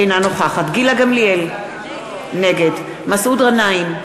אינה נוכחת גילה גמליאל, נגד מסעוד גנאים,